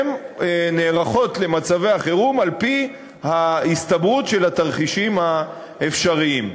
הן נערכות למצבי החירום על-פי ההסתברות של התרחישים האפשריים.